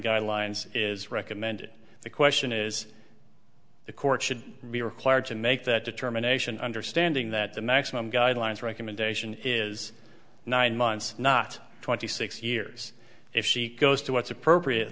guidelines is recommended the question is the court should be required to make that determination understanding that the maximum guidelines recommendation is nine months not twenty six years if she goes to what's appropriate